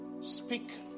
speak